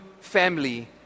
family